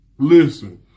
Listen